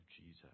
Jesus